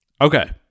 Okay